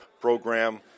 program